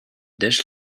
dish